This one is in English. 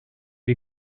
you